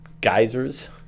geysers